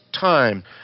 time